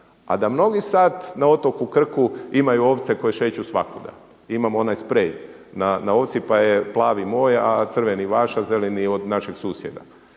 a da mnogi sad na otoku Krku imaju ovce koje šeću svakuda. I imamo onaj sprej na ovci pa je plavi moj, a crveni vaš, a zeleni od našeg susjeda.